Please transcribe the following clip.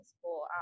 school